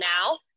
now